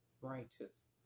righteous